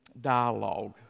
dialogue